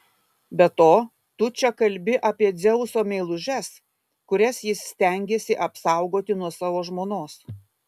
be to tu čia kalbi apie dzeuso meilužes kurias jis stengėsi apsaugoti nuo savo žmonos